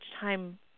time